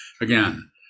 again